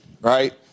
right